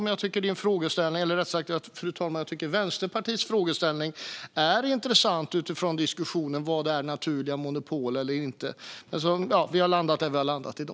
Men, fru talman, jag tycker att Vänsterpartiets frågeställning är intressant utifrån diskussionen om vad som är naturliga monopol och inte.